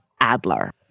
Adler